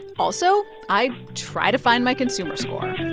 also, i try to find my consumer score